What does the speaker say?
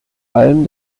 allem